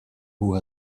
who